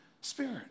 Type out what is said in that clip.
spirit